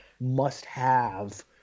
must-have